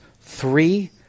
Three